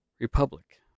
republic